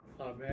Amen